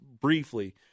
briefly